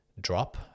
drop